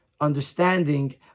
understanding